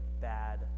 bad